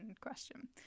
question